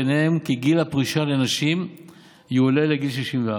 וביניהן כי גיל הפרישה לנשים יועלה לגיל 64,